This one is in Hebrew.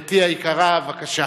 גברתי היקרה, בבקשה.